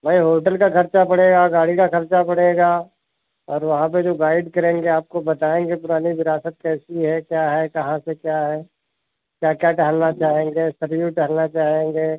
भाई होटल का खर्चा पड़ेगा गाड़ी का खर्चा पड़ेगा और वहाँ पर जो गाइड करेंगे आपको बताएँगे पुरानी विरासत कैसी है क्या है कहाँ से क्या है क्या क्या टहलना चाहेंगे सरयू टहलना चाहेंगे